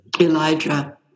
Elijah